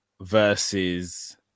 versus